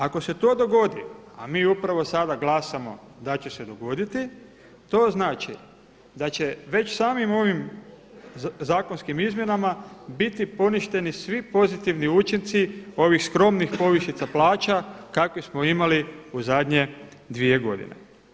Ako se to dogodi, a mi upravo sada glasamo da će se dogoditi to znači da će već samim ovim zakonskim izmjenama biti poništeni svi pozitivni učinci ovih skromnih povišica plaća kakve smo imali u zadnje 2 godine.